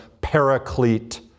paraclete